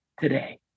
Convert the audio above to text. today